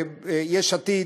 ויש עתיד,